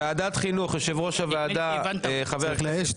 ועדת החינוך יושב-ראש הוועדה חבר הכנסת